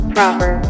Proper